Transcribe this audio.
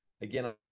again